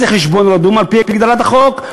מה זה חשבון רדום, על-פי הצעת החוק?